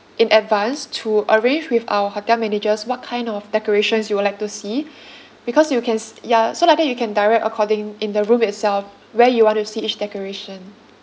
in advance to arrange with our hotel managers what kind of decorations you would like to see because you can s~ ya so like that you can direct according in the room itself where you want to see each decoration